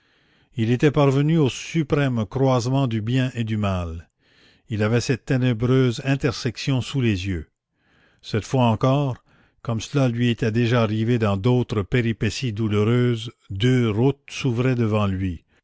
il était parvenu au suprême croisement du bien et du mal il avait cette ténébreuse intersection sous les yeux cette fois encore comme cela lui était déjà arrivé dans d'autres péripéties douloureuses deux routes s'ouvraient devant lui